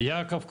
יעקב קארסיק.